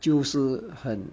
就是很